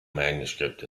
manuscript